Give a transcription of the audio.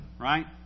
right